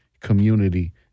community